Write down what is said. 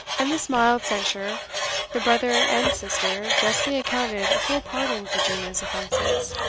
and this mild censure the brother and sister justly accounted a full pardon for juno's offences,